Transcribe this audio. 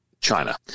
China